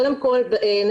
קודם כל נשים